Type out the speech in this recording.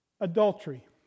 adultery